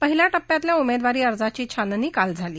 पहिल्या टप्प्यातल्या उमेदवारी अर्जांच छाननी काल झाली